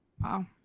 Wow